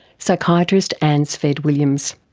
psychiatrist anne sved williams.